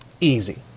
easy